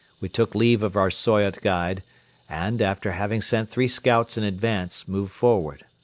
we took leave of our soyot guide and, after having sent three scouts in advance, moved forward.